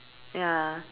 ya